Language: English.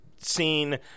seen